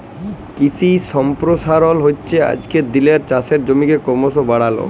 কিশি সম্পরসারল হচ্যে আজকের দিলের চাষের জমিকে করমশ বাড়াল